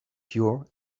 pure